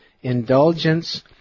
indulgence